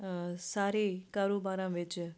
ਸਾਰੇ ਕਾਰੋਬਾਰਾਂ ਵਿੱਚ